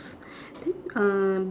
then um